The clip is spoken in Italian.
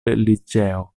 liceo